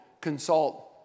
consult